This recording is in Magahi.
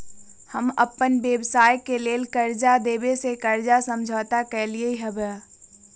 हम अप्पन व्यवसाय के लेल कर्जा देबे से कर्जा समझौता कलियइ हबे